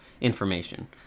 information